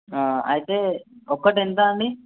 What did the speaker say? అయితే ఒక్కటి ఎంత అండి